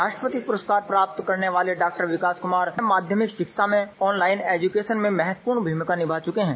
राष्ट्रपति पुरस्कार प्राप्त करने वाले डॉ विकास कुमार माध्यमिक शिक्षा में ऑन लाईन एजुकेशन में महत्वपूर्ण भूमिका निभा चुके हैं